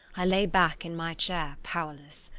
i lay back in my chair powerless.